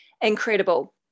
incredible